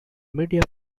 media